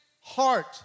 heart